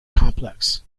complex